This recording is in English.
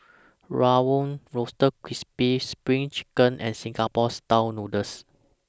Rawon Roasted Crispy SPRING Chicken and Singapore Style Noodles